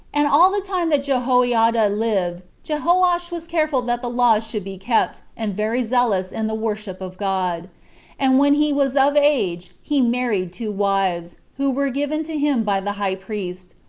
and all the time that jehoiada lived jehoash was careful that the laws should be kept, and very zealous in the worship of god and when he was of age, he married two wives, who were given to him by the high priest,